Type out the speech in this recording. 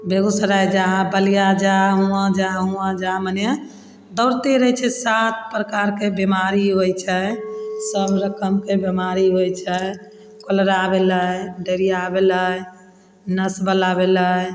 बेगूसराय जा बलिया जा हुआँ जा हुआँ जा मने दौड़ते रहय छै सात प्रकारके बीमारी होइ छै सब रकमके बीमारी होइ छै कलरा भेलय डाइरिया भेलय नसवला भेलय